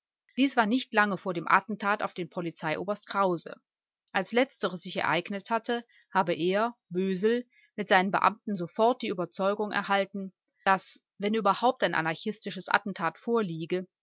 dies war nicht lange vor dem attentat auf den polizeioberst krause als letzteres sich ereignet hatte habe er bösel mit seinen beamten sofort die überzeugung erhalten daß wenn überhaupt ein anarchistisches attentat vorliege